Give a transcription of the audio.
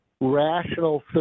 rational